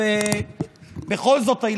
ובכל זאת,